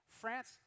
France